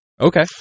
Okay